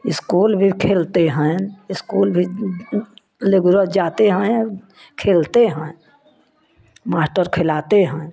school भी खेलते हैं इस्कूल भी लोग रोज जाते हैं खेलते हैं मास्टर खिलाते हैं